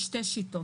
יש שתי שיטות.